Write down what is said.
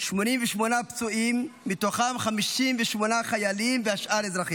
88 פצועים ומתוכם 58 חיילים והשאר אזרחים.